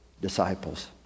disciples